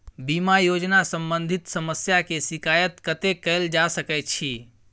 बीमा योजना सम्बंधित समस्या के शिकायत कत्ते कैल जा सकै छी?